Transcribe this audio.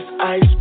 ice